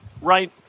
right